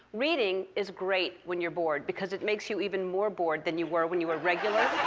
reading is great when you're bored. because it makes you even more bored than you were when you were regular